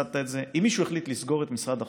ותמצת את זה: אם מישהו החליט לסגור את משרד החוץ,